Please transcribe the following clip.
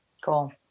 Cool